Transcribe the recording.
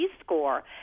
score